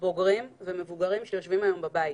בוגרים ומבוגרים שיושבים היום בבית.